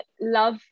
love